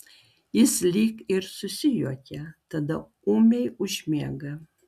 jis lyg ir susijuokia tada ūmiai užmiega